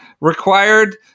required